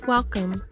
Welcome